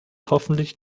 hoffentlich